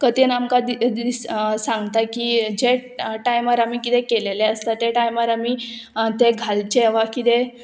कथेन आमकां दि दीस सांगता की जे टायमार आमी किदें केलेलें आसता ते टायमार आमी तें घालचें वा कितें